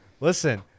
Listen-